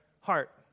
heart